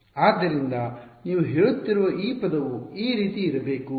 ಆದ್ದರಿಂದ ನೀವು ಹೇಳುತ್ತಿರುವ ಈ ಪದವು ಈ ರೀತಿ ಇರಬೇಕು ಮತ್ತು